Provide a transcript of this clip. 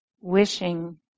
wishing